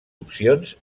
opcions